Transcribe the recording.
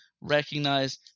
Recognize